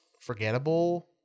forgettable